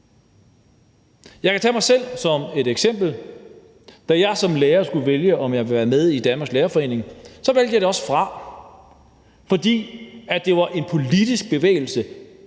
Jeg kan tage mig selv som et eksempel. Da jeg som lærer skulle vælge, om jeg ville være med i Danmarks Lærerforening, valgte jeg det også fra, fordi det var en politisk bevægelse,